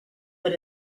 that